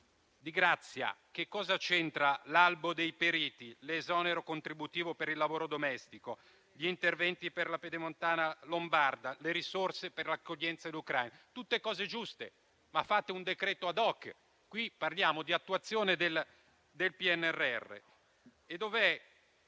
di grazia, che cosa c'entrano l'albo dei periti, l'esonero contributivo per il lavoro domestico, gli interventi per la Pedemontana lombarda e le risorse per l'accoglienza agli ucraini? Tutte cose giuste, ma fate un decreto *ad hoc:* qui parliamo di attuazione del PNRR. Dove